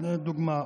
לדוגמה,